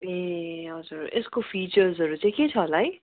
ए हजुर यसको फिचर्सहरू चाहिँ के छ होला है